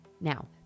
Now